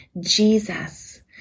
Jesus